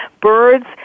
birds